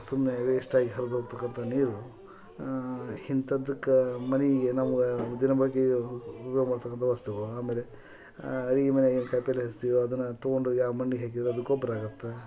ಸುಮ್ಮನೆ ವೇಸ್ಟಾಗಿ ಹರ್ದೊಕ್ತಕ್ಕಂಥ ನೀರು ಇಂಥದ್ದಕ್ಕ ಮನೆ ನಮ್ಗೆ ದಿನ ಬಳಕೆಗೆ ಉಪಯೋಗ ಮಾಡ್ತಕ್ಕಂಥ ವಸ್ತುಗಳು ಆಮೇಲೆ ಅಡುಗೆ ಮನೆಗೇನು ಕಾಯಿ ಪಲ್ಯೆ ಹಚ್ತಿವೋ ಅದನ್ನು ತಗೊಂಡೋಗಿ ಆ ಮಣ್ಣಿಗೆ ಹಾಕಿದ್ರೆ ಅದು ಗೊಬ್ಬರ ಆಗುತ್ತೆ